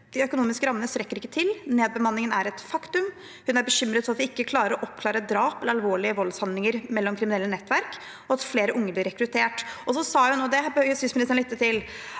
de økonomiske rammene ikke strekker til, og at nedbemanningen er et faktum. Hun er bekymret for at de ikke klarer å oppklare drap og alvorlige voldshandlinger mellom kriminelle nettverk, og at flere unge blir rekruttert. Hun sa – og dette bør justisministeren lytte til